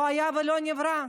לא היה ולא נברא.